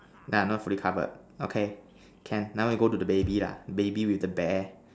ah not fully covered okay can now we go to the baby lah the baby with the bear